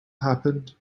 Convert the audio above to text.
happened